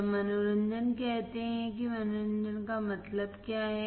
जब मनोरंजन कहते हैं कि मनोरंजन का मतलब क्या है